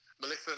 Melissa